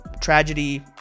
tragedy